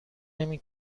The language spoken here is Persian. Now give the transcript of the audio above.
نمی